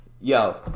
Yo